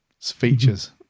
features